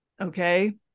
Okay